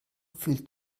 fühlt